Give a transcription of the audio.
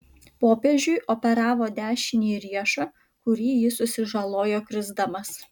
popiežiui operavo dešinįjį riešą kurį jis susižalojo krisdamas